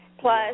Plus